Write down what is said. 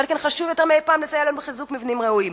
ועל כן חשוב יותר מאי-פעם לסייע להם בחיזוק מבנים רעועים